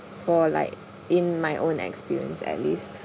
for like in my own experience at least